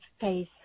face